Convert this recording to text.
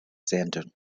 center